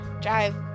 drive